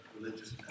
religious